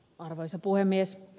arvoisa puhemies